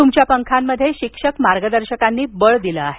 तुमच्या पंखांमध्ये शिक्षक मार्गदर्शकांनी बळ दिलं आहे